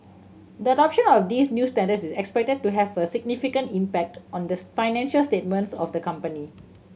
the adoption of these new standards is expected to have a significant impact on the financial statements of the company